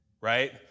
right